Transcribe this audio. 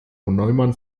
neumann